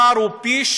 הפער הוא פי-3.75.